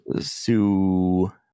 Sue